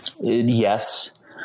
yes